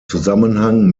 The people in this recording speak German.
zusammenhang